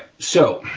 so,